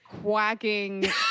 quacking